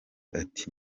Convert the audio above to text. ati